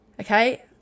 Okay